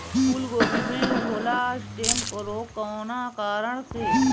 फूलगोभी में होला स्टेम रोग कौना कारण से?